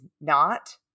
not-